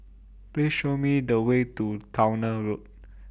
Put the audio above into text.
Please Show Me The Way to Towner Road